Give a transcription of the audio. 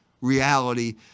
reality